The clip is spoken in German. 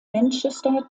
manchester